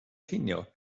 cinio